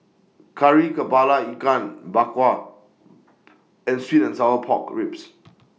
Kari Kepala Ikan Bak Kwa and Sweet and Sour Pork Ribs